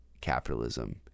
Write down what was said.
capitalism